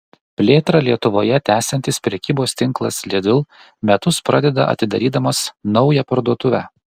plėtrą lietuvoje tęsiantis prekybos tinklas lidl metus pradeda atidarydamas naują parduotuvę